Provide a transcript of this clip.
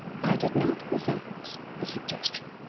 i did not resent the suggestion.